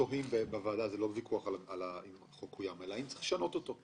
הוויכוח לא אם החוק קוים, אלא אם צריך לשנות אותו.